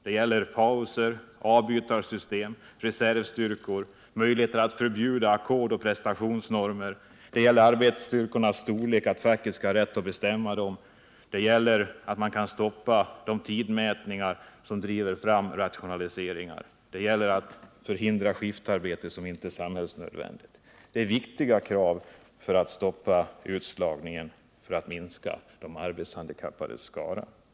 Det gäller att införa pauser, avbytarsystem, reservstyrkor, möjligheter att förbjuda ackord och prestationsnormer. Det gäller att facket skall ha rätt att bestämma personalstyrkornas storlek. Det gäller rätt att kunna stoppa tidmätningar som driver fram rationaliseringar. Det gäller att förbjuda skiftarbete som inte är samhällsnödvändigt. Det är viktiga krav för att man skall kunna stoppa utslagningen och minska de arbetshandikappades skara. För det fjärde.